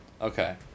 Okay